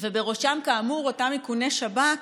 ובראשם כאמור אותם איכוני שב"כ,